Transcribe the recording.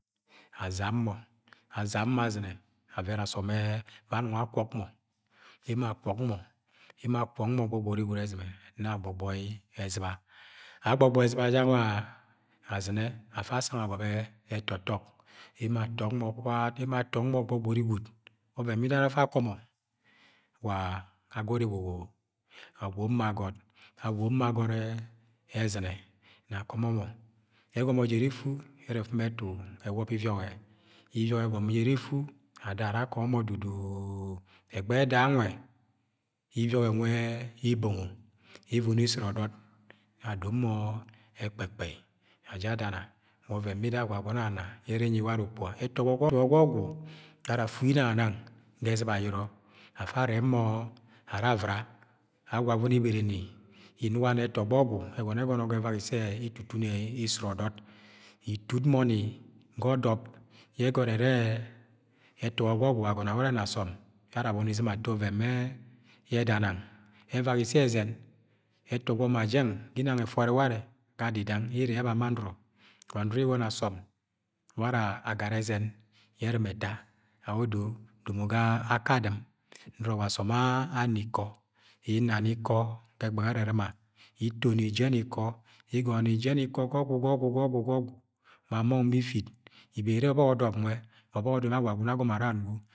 azam mo azɨ̃ne avẹrẹ asom bẹ anong akwok mọ e mo akwo, emo akwok mọ gbọgbọrí ezɨ̃ne. No ogbọgbọ ẹzɨ̃ba, agbọgbọ ezɨ̃ba jẹ gange ezɨ̃ne afa asang agobẹ etotọk emo atọk mọ swat, emo atọk mọ gbọgbọri gwud, ọven bide bẹ ara afa kọ mọ wa agọt ewobo awob mọ agot awob mọ agọt ezɨ̃ne Nọ akọmọ mọ ẹgọmọ jẹ ere efu, ere efimi ẹtu ewọbo iviok ẹ iviọk e ẹsọmọ jẹ erẹ efu! Ada ara akọmọ mo duduu. Eghegbẹ ẹda nwe iviọk e nwẹ ebongo evono esurọdọt, nọ adomo mo ẹkpẹkpẹi aja adana wa ọven ye aswagune ana yẹ ẹrẹ enyí ware ukpuga etọgbo ga ọgwu ara afu inanganang ga ẹzɨ̃b a ayero afa aueb ara avra. Agwagume ibere ni, inugani ẹtọ gbọ ga ogwu egọnọ yẹ ware, na asom ye ara abọni izɨ̃m ato ọvẹn yẹ eda nang. evak ise ezen ẹtọgbo ma jen ga adidang ye, eba ma nọrọ wa nọrọ isọnọ asọm wa ana agara ẹzẹn yẹ erima ẹta ga odo, domo ga odo, domo ga ake adɨ̃m norọ asọm aha ikọ. inna ni ikọ ga egbeghe erɨ̃rɨ̃ma, itonijen ikọ, igọnọ ni jẹn ikọ ga agwugà ọgwu, ga ọgwu. ma nrọng ma ifit ibere ire̱ o̱bọk ọdọm nwẹ wa ọbọk yẹ gwagune, agọmọ ara anugo.